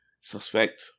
suspect